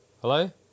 Hello